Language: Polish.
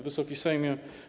Wysoki Sejmie!